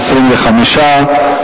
25 בעד,